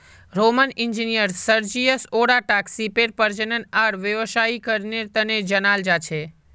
Roman engineer Sergius ओराटाक सीपेर प्रजनन आर व्यावसायीकरनेर तने जनाल जा छे